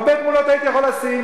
הרבה תמונות הייתי יכול לשים.